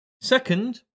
Second